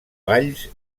valls